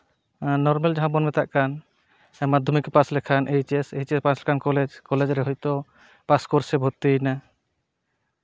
normal ᱡᱟᱦᱟᱸ ᱵᱚᱱ ᱢᱮᱛᱟᱜ ᱠᱟᱱ ᱢᱟᱫᱽᱫᱷᱚᱢᱤᱠ ᱵᱚᱱ ᱯᱟᱥ ᱞᱮᱠᱷᱟᱱ H S H S pass ᱞᱮᱠᱷᱟᱱ ᱠᱚᱞᱮᱡᱽ ᱨᱮ ᱦᱚᱭᱛᱳ ᱯᱟᱥ ᱠᱳᱨᱥ ᱨᱮ ᱵᱷᱚᱨᱛᱤᱭᱮᱱᱟ